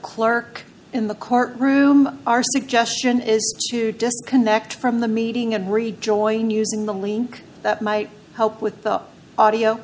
clerk in the court room our suggestion is to disconnect from the meeting and rejoin using the link that might help with the audio